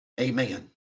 Amen